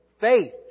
Faith